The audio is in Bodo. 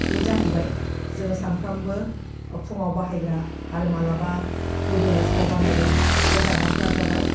बे जाहैबाय जोङो सानफ्रामबो फुङाव बाहायग्रा आरो मालाबा लुबैनाय समाव बानायग्रा बे जाग्राफ्रा जाबाय